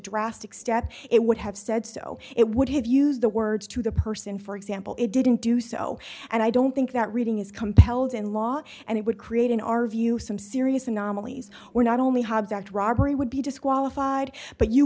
drastic step it would have said so it would have used the words to the person for example it didn't do so and i don't think that reading is compelled in law and it would create in our view some serious anomalies were not only hobbes act robbery would be disqualified but you